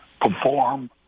perform